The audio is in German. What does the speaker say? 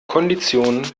konditionen